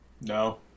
No